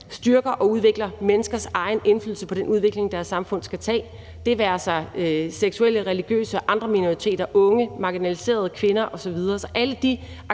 styrker og udvikler menneskers egen indflydelse på den udvikling, deres samfund skal tage. Det være sig seksuelle, religiøse og andre minoriteter, unge, marginaliserede kvinder osv.